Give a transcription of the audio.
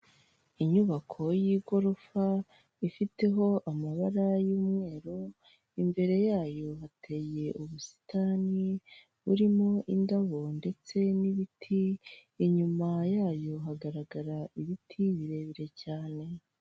Interebuteri ifatanye n'agatiyo gafashe nk'insinga bihuzwa n'agansinga hari agatsiga k'umukara n'akandi tubiri tw'ubururu biri ku gikuta cya karabasasu hejuru hari amabati, izo eterebuteri ni eshatu.